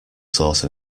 source